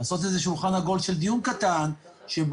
לעשות איזה שולחן עגול של דיון קטן שבו